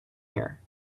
here